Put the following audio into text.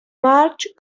march